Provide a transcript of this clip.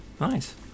Nice